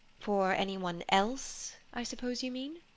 for any one else, i suppose you mean?